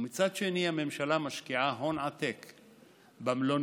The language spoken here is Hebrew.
ומצד שני הממשלה משקיעה הון עתק במלוניות,